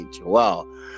Wow